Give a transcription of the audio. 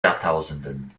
jahrtausenden